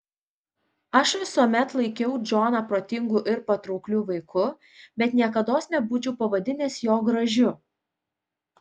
aš visuomet laikiau džoną protingu ir patraukliu vaiku bet niekados nebūčiau pavadinęs jo gražiu